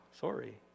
sorry